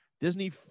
Disney